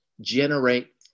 generate